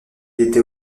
était